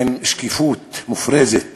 שקיפות מופרזת